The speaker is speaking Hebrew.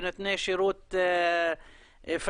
ונותני שרות פיננסי,